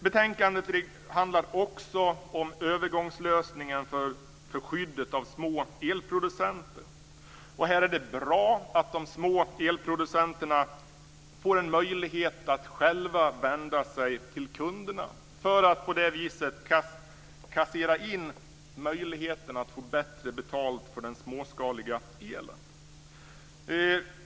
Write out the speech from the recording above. Betänkandet handlar också om övergångslösningen för skyddet av små elproducenter. Det är bra att de små elproducenterna får en möjlighet att själva vända sig till kunderna för att på det viset kassera in möjligheten att få bättre betalt för den småskaliga elen.